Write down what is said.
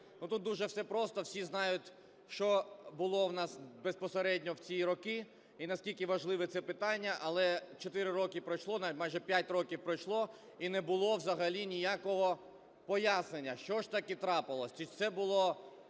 тут дуже все просто. Всі знають, що було у нас безпосередньо в ці роки і наскільки важливе це питання. Але 4 роки пройшло, навіть майже 5 років пройшло, і не було взагалі ніякого пояснення, що ж таки трапилось: